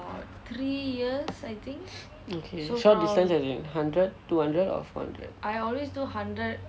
okay short distance as in hundred two hundred or four hundred